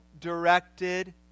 directed